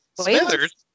Smithers